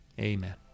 amen